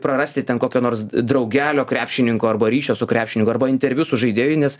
prarasti ten kokio nors draugelio krepšininko arba ryšio su krepšininku arba interviu su žaidėju nes